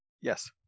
yes